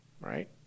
Right